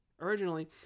Originally